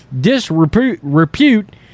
disrepute